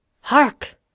HARK